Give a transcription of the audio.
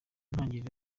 ntangiriro